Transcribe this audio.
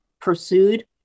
pursued